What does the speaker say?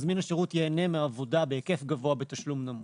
מזמין השירות ייהנה מעבודה בהיקף גבוה בתשלום נמוך,